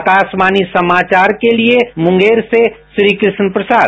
आकाशवाणी समाचार के लिये मुंगेर से श्रीकृष्ण प्रसाद